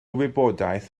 wybodaeth